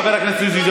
חבר הכנסת זו מולדת,